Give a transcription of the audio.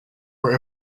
were